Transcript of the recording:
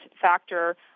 factor